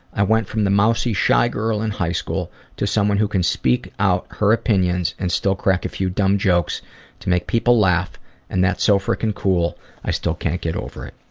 i went from the mousy shy girl in high school to someone who can speak out her opinions and still crack a few dumb jokes to make people laugh and that's so freaking cool i still can't get over it.